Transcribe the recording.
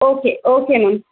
okay okay ma'am